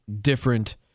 different